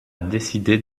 décider